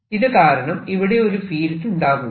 ഇത് കാരണം ഇവിടെ ഒരു ഫീൽഡ് ഉണ്ടാകുന്നു